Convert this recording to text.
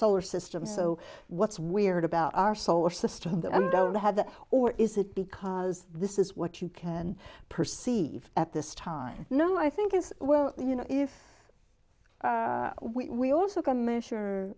solar system so what's weird about our solar system that don't have that or is it because this is what you can perceive at this time no i think it's well you know if we also can measure